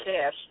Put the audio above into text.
Cash